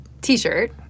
T-shirt